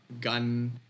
gun